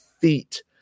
feet